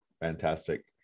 Fantastic